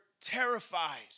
terrified